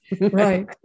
Right